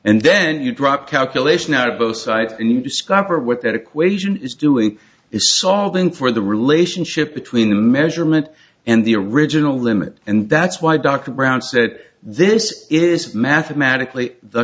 and then you drop calculation out of both sides and you discover what that equation is doing is solving for the relationship between the measurement and the original limit and that's why dr brown says that this is mathematically the